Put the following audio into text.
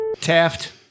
Taft